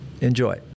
Enjoy